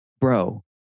bro